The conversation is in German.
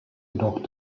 jedoch